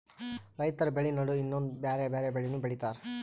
ರೈತರ್ ಬೆಳಿ ನಡು ಇನ್ನೊಂದ್ ಬ್ಯಾರೆ ಬ್ಯಾರೆ ಬೆಳಿನೂ ಬೆಳಿತಾರ್